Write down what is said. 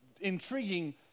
intriguing